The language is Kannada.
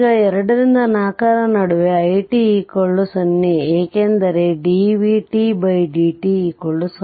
ಈಗ 2 ರಿಂದ 4 ರ ನಡುವೆ i t0 ಏಕೆಂದರೆ dvtdt 0